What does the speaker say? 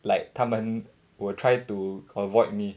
like 他们 will try to avoid me